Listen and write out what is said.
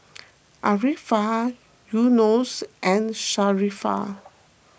Arifa Yunos and Sharifah